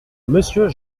monsieur